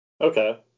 Okay